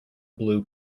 blue